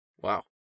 Wow